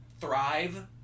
thrive